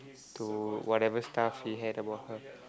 to whatever stuff he had about her